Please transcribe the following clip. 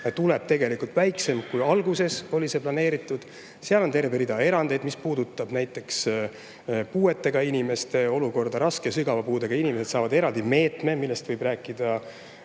tuleb tegelikult väiksem, kui alguses oli planeeritud. Seal on terve rida erandeid, mis puudutavad näiteks puuetega inimeste olukorda – raske või sügava puudega inimesed saavad eraldi meetme, millest võib rääkida